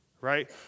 right